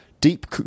Deep